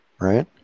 right